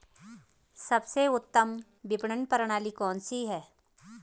सबसे उत्तम विपणन प्रणाली कौन सी है?